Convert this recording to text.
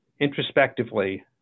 introspectively